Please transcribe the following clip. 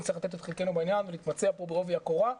נצטרך לתת את חלקנו בעניין ול- -- פה בעובי הקורה,